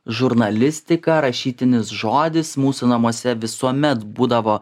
žurnalistiką rašytinis žodis mūsų namuose visuomet būdavo